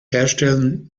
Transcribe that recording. herstellen